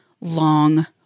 long